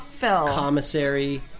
commissary